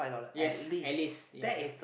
yes at least ya